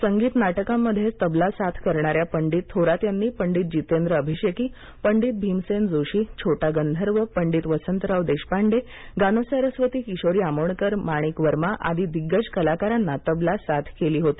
संगीत नाटकांमध्ये तबला साथ करणाऱ्या पंडित थोरात यांनी पंडित जितेंद्र अभिषेकीपंडित भीमसेन जोशी छोटा गंधर्वपंडित वसंतराव देशपांडेगानसरस्वती किशोरी आमोणकरमाणिक वर्मा आदी दिग्गज कलाकारांना तबला साथ केली होती